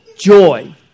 joy